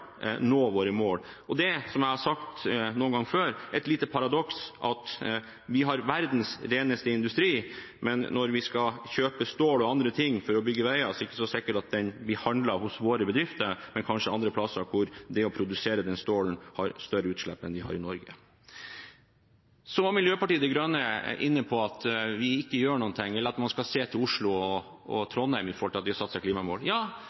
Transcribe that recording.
nå våre mål. Det er – som jeg har sagt noen ganger før – et lite paradoks at vi har verdens reneste industri, men når vi skal kjøpe stål og andre ting for å bygge veier, er det ikke så sikkert at vi handler hos våre bedrifter, men kanskje andre steder, hvor det å produsere stålet gir større utslipp enn i Norge. Miljøpartiet De Grønne var inne på at vi ikke gjør noen ting, og at man skal se til Oslo og Trondheim, med tanke på at de har satt seg klimamål. Ja,